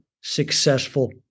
successful